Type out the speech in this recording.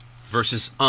versus